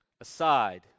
aside